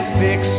fix